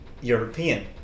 European